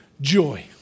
joy